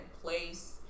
place